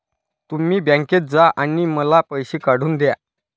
तुम्ही बँकेत जा आणि मला पैसे काढून दया